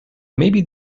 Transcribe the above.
maybe